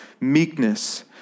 meekness